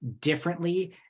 differently